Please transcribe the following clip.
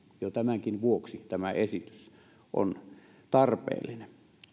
jo tämänkin vuoksi tämä esitys on tarpeellinen